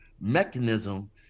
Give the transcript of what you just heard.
mechanism